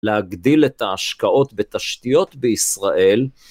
להגדיל את ההשקעות בתשתיות בישראל.